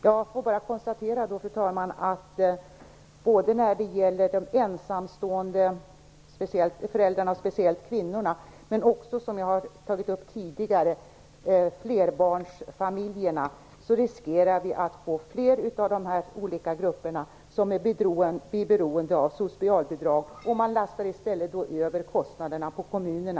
Jag får bara konstatera, fru talman, att fler grupper som de ensamstående föräldrarna, speciellt kvinnorna och, vilket jag har tagit upp tidigare, flerbarnsfamiljerna riskerar att bli beroende av socialbidrag. Man lastar då över kostnaderna på kommunerna.